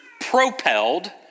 propelled